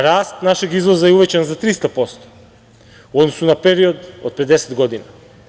Rast našeg izvoza je uvećan za 300% u odnosu na period od pre 10 godina.